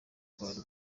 kwari